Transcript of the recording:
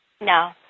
No